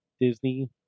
Disney